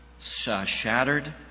shattered